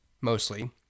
mostly